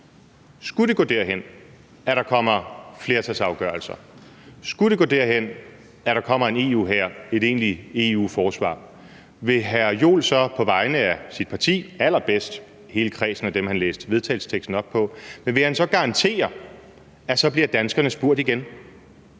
Skulle det komme til, at der kommer flertalsafgørelser, skulle det komme til, at der kommer en EU-hær, et egentligt EU-forsvar, vil hr. Jens Joel så på vegne af sit parti og allerbedst hele kredsen af dem, på hvis vegne han læste vedtagelsesteksten op, så garantere, at så bliver danskerne spurgt igen